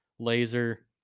Laser